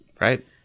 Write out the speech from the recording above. Right